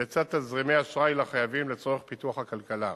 לצד תזרימי אשראי לחייבים, לצורך פיתוח הכלכלה.